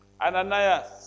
Ananias